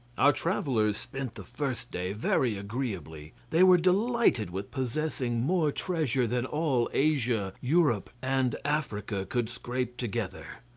our travellers spent the first day very agreeably. they were delighted with possessing more treasure than all asia, europe, and africa could scrape together.